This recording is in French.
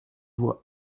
voix